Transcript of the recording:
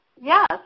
yes